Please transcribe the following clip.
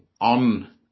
on